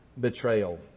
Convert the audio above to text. betrayal